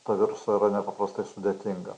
to viruso yra nepaprastai sudėtinga